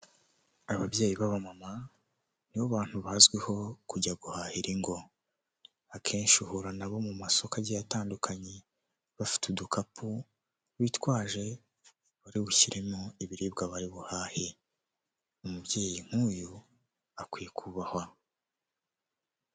Ababyeyi b'abamama ni bo bantu bazwiho kujya guhahira ingo. Akenshi uhura na bo mu masoko agiye atandukanye, bafite udukapu bitwaje bari bushyiremo ibiribwa bari buhahe. Umubyeyi nk'uyu akwiye kubahwa.